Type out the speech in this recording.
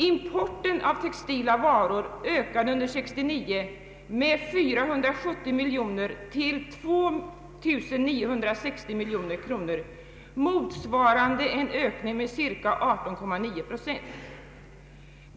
Importen av textila varor ökade under 1969 med 470 miljoner kronor till omkring 2 960 miljoner, vilket motsvarar en ökning med 18,9 procent.